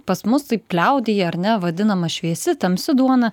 pas mus taip liaudyje ar ne vadinama šviesi tamsi duona